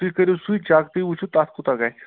تُہۍ کٔرِو سُے چَک تُہۍ وٕچھُو تَتھ کوٗتاہ گژھِ